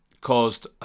caused